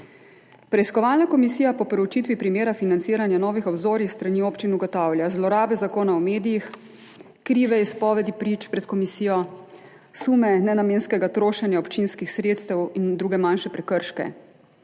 Preiskovalna komisija po preučitvi primera financiranja Novih obzorij s strani občin ugotavlja zlorabe Zakona o medijih, krive izpovedi prič pred komisijo, sume nenamenskega trošenja občinskih sredstev in druge manjše prekrške,